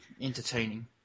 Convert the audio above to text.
entertaining